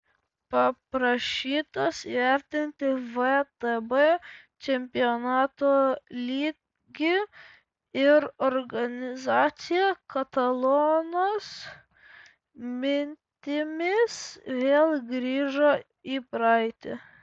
paprašytas įvertinti vtb čempionato lygį ir organizaciją katalonas mintimis vėl grįžo į praeitį